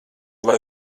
lai